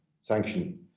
sanction